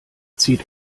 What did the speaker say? zieht